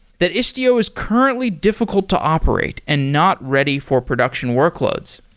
that istio is currently difficult to operate and not ready for production workloads.